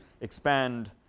expand